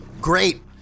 Great